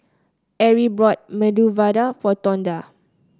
Arie bought Medu Vada for Tonda